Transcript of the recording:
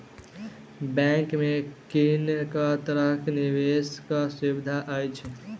Bank मे कुन केँ तरहक निवेश कऽ सुविधा अछि?